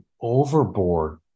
overboard